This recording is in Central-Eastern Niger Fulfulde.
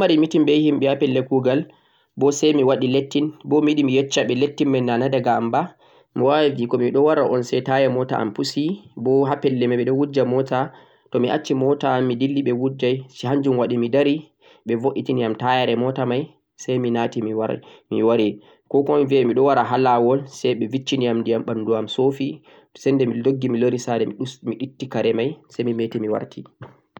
to mi ɗo mari meeting be himɓe ha pelle kuugal, bo yiɗi mi yecca ɓe letting may nana diga ma ba, mi waaway biyugo ɓe mi ɗo wara un say taya moota am pusi, bo ha pelle may ɓeɗo wujja moota, to mi acci moota am mi dilli ɓe wujjay, hannjum waɗi mi dari, ɓe bo'ii tayam taayaare moota may say naati mi wari, 'ko kuma' mi biya ɓe mi ɗo wara ha laawol say ɓe bicci ni ndiyam ha ɓanndu am so'fi, sannde mi doggi mi Lori saare mi itti kare may say mi me'ti mi warti.